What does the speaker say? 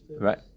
right